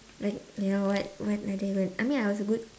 like you know what what I don't even I mean I was a good